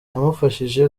yamufashije